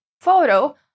photo